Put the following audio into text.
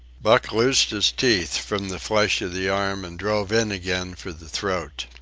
buck loosed his teeth from the flesh of the arm and drove in again for the throat.